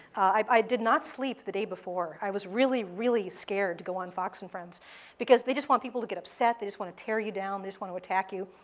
i did not sleep the day before. i was really, really scared to go on fox and friends because they just want people to get upset. they just want to tear you down. they just want to attack you.